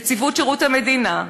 נציבות שירות המדינה,